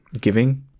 giving